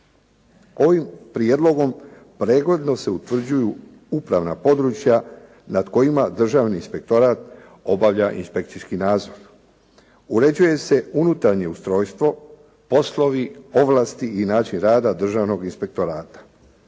Ovim prijedlogom pregledno se utvrđuju upravna područja nad kojima državni inspektorat obavlja inspekcijski nadzor. Uređuje se unutarnje ustrojstvo, poslovi, ovlasti i način rada Državnog inspektorata.